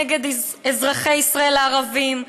נגד אזרחי ישראל הערבים,